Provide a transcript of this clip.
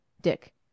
Dick